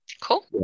Cool